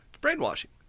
brainwashing